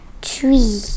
Tree